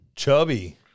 Chubby